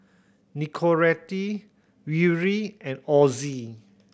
Nicorette Yuri and Ozi